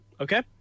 Okay